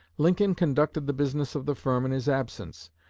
lincoln conducted the business of the firm in his absence.